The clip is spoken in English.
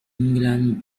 england